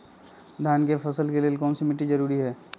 धान के फसल के लेल कौन मिट्टी जरूरी है?